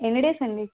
ఎన్ని డేస్ అండి